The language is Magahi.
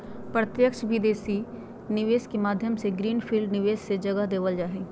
प्रत्यक्ष विदेशी निवेश के माध्यम से ग्रीन फील्ड निवेश के जगह देवल जा हय